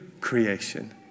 creation